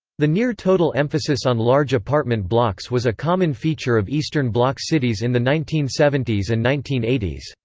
the near-total emphasis on large apartment blocks was a common feature of eastern bloc cities in the nineteen seventy s and nineteen eighty s.